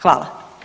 Hvala.